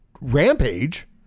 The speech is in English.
Rampage